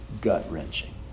gut-wrenching